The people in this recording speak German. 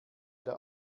der